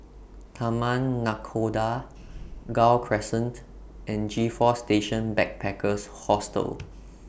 Taman Nakhoda Gul Crescent and G four Station Backpackers Hostel